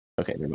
okay